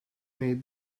made